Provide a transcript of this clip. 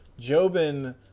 Jobin